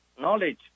knowledge